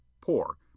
poor